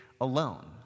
alone